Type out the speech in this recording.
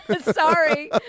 Sorry